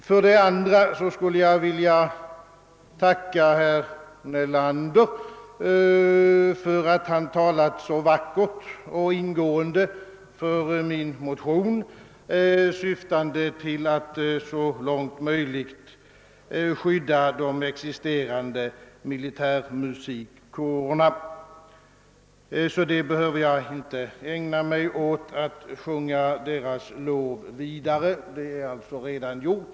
För det andra skulle jag vilja tacka herr Nelander för att han talade så vackert och ingående för min motion, syftande till att så långt möjligt skydda de existerande militärmusikkårerna. Jag behöver alltså inte ägna mig åt att ytterligare sjunga deras berättigade lov, ty det är redan gjort.